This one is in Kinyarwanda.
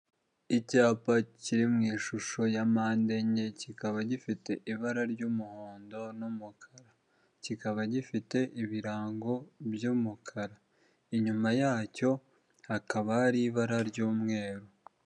Icyapa kiri mu ishusho ya mpande enye, kikaba gifite ibara ry'umuhondo n'umukara, kikaba gifite ibirango by'umukara, inyuma yacyo hakaba hari ibara ry'umweru.